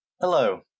Hello